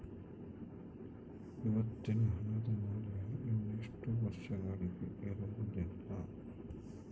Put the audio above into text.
ಇವತ್ತಿನ ಹಣದ ಮೌಲ್ಯ ಇನ್ನಷ್ಟು ವರ್ಷಗಳಿಗೆ ಇರುವುದಿಲ್ಲ